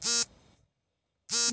ಗಾಳಿ ತೂರುವ ಯಂತ್ರದ ಹೆಸರನ್ನು ತಿಳಿಸಿ?